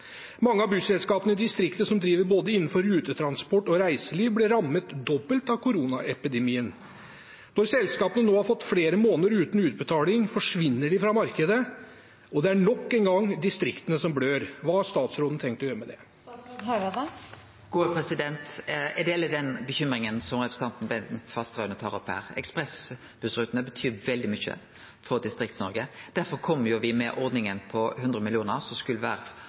Mange av busselskapene i distriktet som driver innenfor både rutetransport og reiseliv, ble rammet dobbelt av koronapandemien. Når selskapene nå har gått flere måneder uten utbetaling, forsvinner de fra markedet, og det er nok en gang distriktene som blør. Hva har statsråden tenkt å gjøre med det? Eg deler den bekymringa som representanten Fasteraune tar opp her. Ekspressbussrutene betyr veldig mykje for Distrikts-Noreg. Derfor kom me med ordninga på 100 mill. kr, som skulle